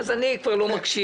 אז אני כבר לא מקשיב,